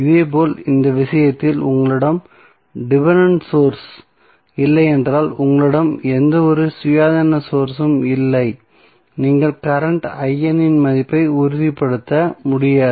இதேபோல் இந்த விஷயத்திலும் உங்களிடம் டிபென்டென்ட் சோர்ஸ் இல்லையென்றால் உங்களிடம் எந்தவொரு சுயாதீன சோர்ஸ் உம் இல்லை நீங்கள் கரண்ட் இன் மதிப்பை உறுதிப்படுத்த முடியாது